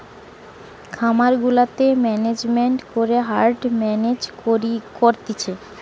খামার গুলাতে ম্যানেজমেন্ট করে হার্ড মেনেজ করতিছে